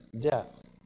death